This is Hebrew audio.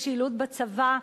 בשילוט בצבא.